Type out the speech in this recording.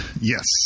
Yes